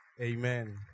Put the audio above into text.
Amen